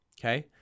Okay